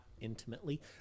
intimately